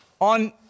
on